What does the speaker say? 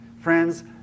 friends